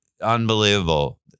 unbelievable